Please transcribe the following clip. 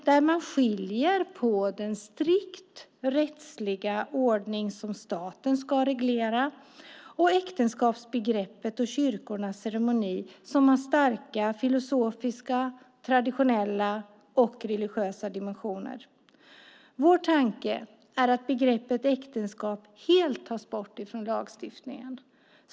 Där ska man skilja mellan den strikt rättsliga ordning som staten ska reglera och äktenskapsbegreppet och kyrkornas ceremoni, som har starka filosofiska, traditionella och religiösa dimensioner. Vår tanke är att begreppet äktenskap helt tas bort från lagstiftningen.